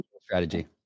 strategy